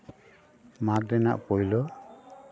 ᱢᱟᱜᱷ ᱨᱮᱱᱟᱜ ᱯᱳᱭᱞᱳ